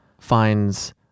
finds